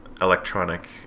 Electronic